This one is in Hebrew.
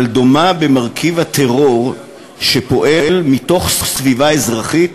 אבל דומה במרכיב הטרור שפועל מתוך סביבה אזרחית